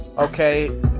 Okay